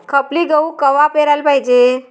खपली गहू कवा पेराले पायजे?